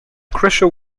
crucial